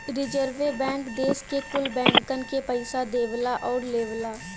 रीजर्वे bank देस के कुल बैंकन के पइसा देवला आउर लेवला